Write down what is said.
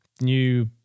new